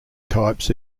types